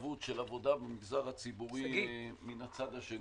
ומורכבת של המגזר הציבורי מהצד השני.